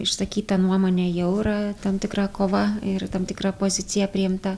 išsakyta nuomonė jau yra tam tikra kova ir tam tikra pozicija priimta